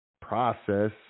process